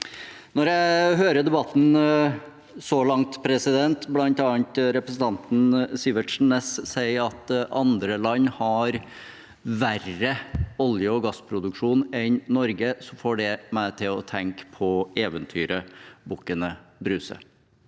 Når jeg hører på debatten så langt, bl.a. at representanten Sivertsen Næss sier at andre land har verre oljeog gassproduksjon enn Norge, får det meg til å tenke på eventyret om bukkene Bruse